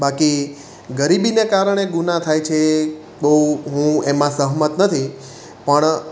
બાકી ગરીબીને કારણે ગુનાહ થાય છે એ બહુ હું એમાં સહમત નથી પણ